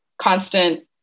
constant